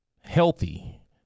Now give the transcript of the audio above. healthy